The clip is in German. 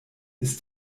ist